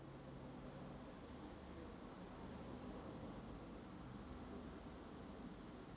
<Z